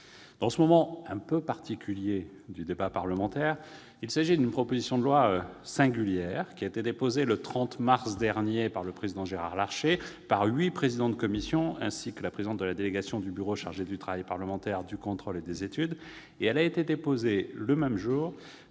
Dans ce moment un peu particulier du débat parlementaire, il convient de souligner qu'il s'agit d'une proposition de loi singulière : déposée le 30 mars dernier au Sénat par le président Gérard Larcher, huit présidents de commission et la présidente de la délégation du bureau chargée du travail parlementaire, du contrôle et des études,